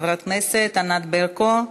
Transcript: חברת הכנסת ענת ברקו,